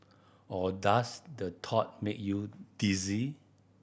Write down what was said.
or does the thought make you dizzy